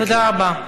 תודה רבה.